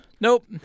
Nope